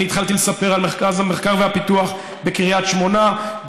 אני התחלתי לספר על מרכז המחקר והפיתוח בקריית שמונה,